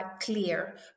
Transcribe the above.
clear